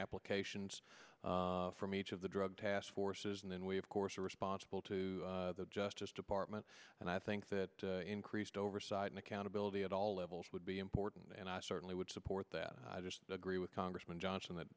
applications from each of the drug task forces and then we of course are responsible to justice department and i think that increased oversight and accountability at all levels would be important and i certainly would support that i just agree with congressman johnson that